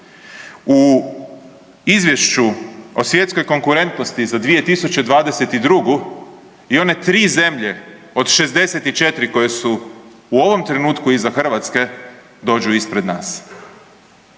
u Izvješću o svjetskoj konkurentnosti za 2022. i one tri zemlje od 64 koje su u ovom trenutku iza Hrvatske dođu ispred nas